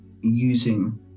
using